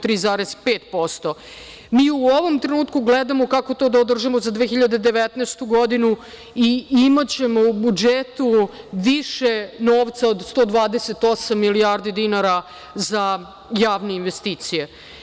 U ovom trenutku gledamo kako to da održimo za 2019. godinu i imaćemo u budžetu više novca od 128 milijardi dinara za javne investicije.